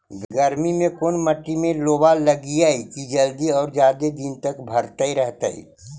गर्मी में कोन मट्टी में लोबा लगियै कि जल्दी और जादे दिन तक भरतै रहतै?